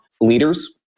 leaders